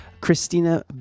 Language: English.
Christina